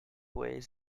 ways